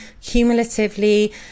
cumulatively